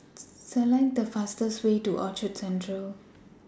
Select The fastest Way to Orchard Central